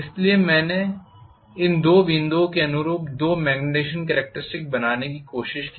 इसलिए मैंने इन दो बिंदुओं के अनुरूप दो मॅग्नीटिज़ेशन कॅरेक्टरिस्टिक्स बनाने की कोशिश की